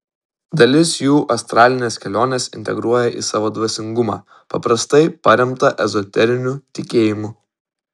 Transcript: dalis jų astralines keliones integruoja į savo dvasingumą paprastai paremtą ezoteriniu tikėjimu